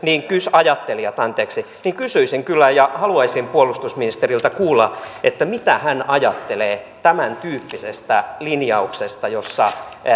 ajattelijat anteeksi niin kysyisin kyllä ja haluaisin puolustusministeriltä kuulla mitä hän ajattelee tämäntyyppisestä linjauksesta jossa